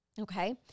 Okay